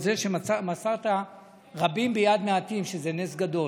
על זה שמסרת רבים ביד מעטים, שזה נס גדול.